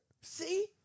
See